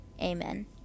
Amen